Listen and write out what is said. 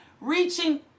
reaching